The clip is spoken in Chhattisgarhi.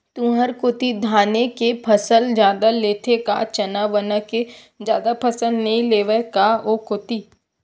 तुंहर कोती धाने के फसल जादा लेथे का चना वना के जादा फसल नइ लेवय का ओ कोती?